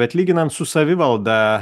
bet lyginant su savivalda